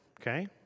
okay